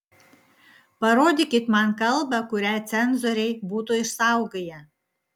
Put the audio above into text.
parodykit man kalbą kurią cenzoriai būtų išsaugoję